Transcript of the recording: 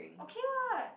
okay what